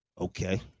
okay